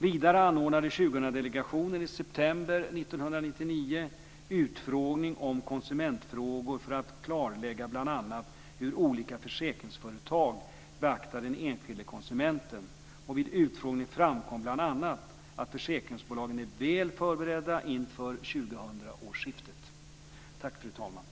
Vidare anordnade 2000-delegationen i september 1999 en utfrågning om konsumentfrågor för att klarlägga bl.a. hur olika försäkringsföretag beaktar den enskilde konsumenten. Vid utfrågningen framkom bl.a. att försäkringsbolagen är väl förberedda inför 2000 årsskiftet. Tack, fru talman!